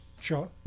Sure